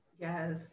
yes